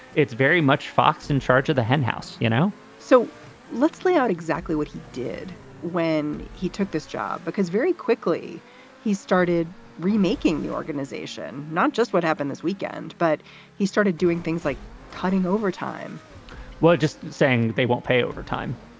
it's very much fox in charge of the henhouse, you know so let's lay out exactly what he did when he took this job, because very quickly he started remaking the organization, not just what happened this weekend, but he started doing things like cutting overtime well, just saying they won't pay overtime.